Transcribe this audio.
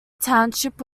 township